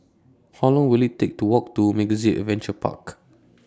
How Long Will IT Take to Walk to MegaZip Adventure Park